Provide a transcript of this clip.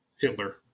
Hitler